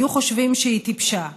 היו חושבים שהיא טיפשה.